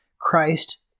Christ